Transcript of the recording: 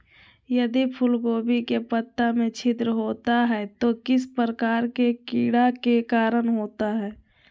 यदि फूलगोभी के पत्ता में छिद्र होता है तो किस प्रकार के कीड़ा के कारण होता है?